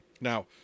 Now